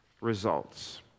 results